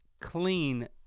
clean